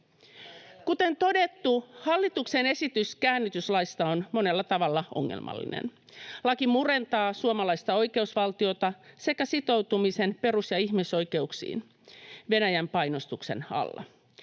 Kuten todettu, hallituksen esitys käännytyslaista on monella tavalla ongelmallinen. Laki murentaa suomalaista oikeusvaltiota sekä sitoutumisen perus- ja ihmisoikeuksiin Venäjän painostuksen alla.